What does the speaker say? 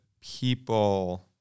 people